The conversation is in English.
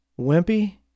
wimpy